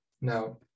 Now